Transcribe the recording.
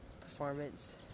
performance